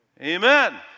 amen